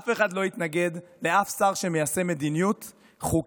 אף אחד לא יתנגד לשום שר שמיישם מדיניות חוקית,